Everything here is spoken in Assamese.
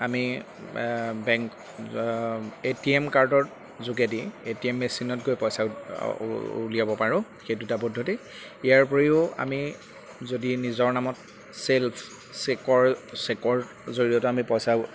আমি বেংক এ টি এম কাৰ্ডৰ যোগেদি এ টি এম মেচিনত গৈ পইচা উলিয়াব পাৰোঁ সেই দুটা পদ্ধতি ইয়াৰ উপৰিও আমি যদি নিজৰ নামত ছেল্ফ চেকৰ চেকৰ জৰিয়তে আমি পইচা